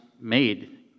made